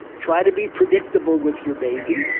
try to be predictable with your baby,